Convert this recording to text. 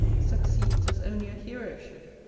succeeds as only a hero should.